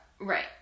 Right